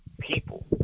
people